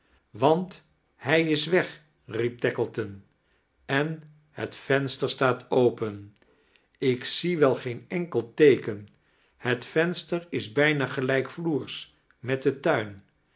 want hij is weg riep tackleton en het venster staat open ik zie wel geen enkel teeken het venstetr is bijna gelijkvloers met den tuin